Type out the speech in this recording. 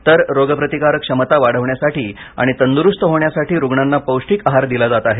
तर रोगप्रतिकार क्षमता वाढवण्यासाठी आणि तंद्रुस्त होण्यासाठी रुग्णांना पौष्टिक आहार दिला जात आहे